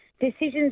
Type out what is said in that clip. decisions